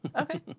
Okay